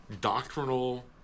doctrinal